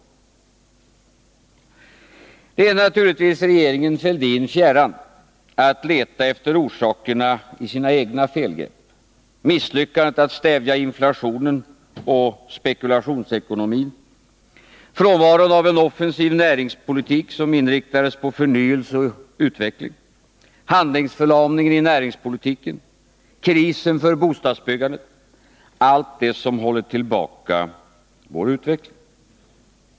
65 Det är naturligtvis regeringen Fälldin fjärran att leta efter orsakerna i sina egna felgrepp — misslyckande att stävja inflationen och spekulationsekonomin, frånvaron av en offensiv näringspolitik inriktad på förnyelse och utveckling, handlingsförlamningen i energipolitiken, krisen för bostadsbyggande — allt det som hållit tillbaka vår utveckling.